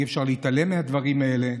אי-אפשר להתעלם מהדברים האלה: